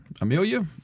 Amelia